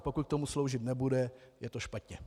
Pokud tomu sloužit nebude, je to špatně!